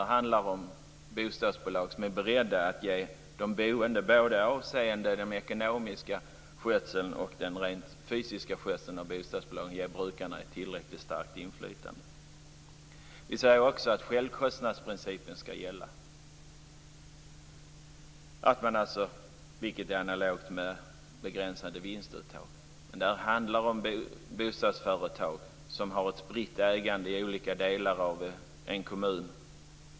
Det handlar om bostadsbolag som är beredda att ge de boende ett tillräckligt starkt inflytande både avseende den ekonomiska skötseln och den rent fysiska skötseln av bostadsbolagen. Dessutom anser vi att självkostnadsprincipen skall gälla, vilket är analogt med begränsade vinstuttag. Det handlar om bostadsföretag som har ett spritt ägande i olika delar av en kommun.